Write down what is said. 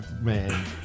man